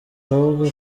ahubwo